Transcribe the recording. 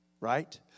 right